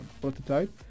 prototype